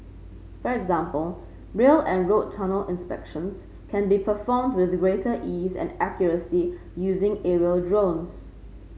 for example rail and road tunnel inspections can be performed with greater ease and accuracy using aerial drones